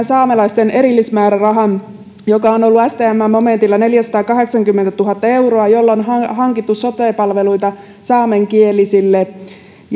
saamelaisten erillismäärärahan joka on ollut stmn momentilla neljäsataakahdeksankymmentätuhatta euroa ja jolla on hankittu sote palveluita saamenkielisille